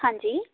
ਹਾਂਜੀ